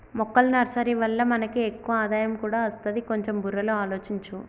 మొక్కల నర్సరీ వల్ల మనకి ఎక్కువ ఆదాయం కూడా అస్తది, కొంచెం బుర్రలో ఆలోచించు